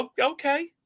Okay